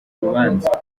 urubanza